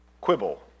quibble